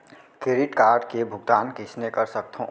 Credit card के भुगतान कइसने कर सकथो?